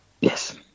Yes